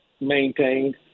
maintained